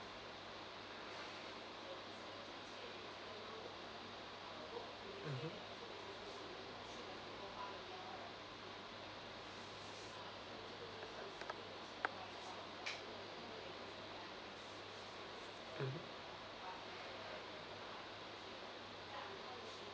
mmhmm